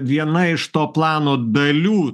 viena iš to plano dalių